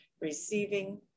receiving